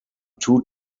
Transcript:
two